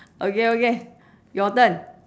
okay okay your turn